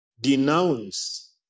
denounce